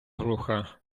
глуха